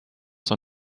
son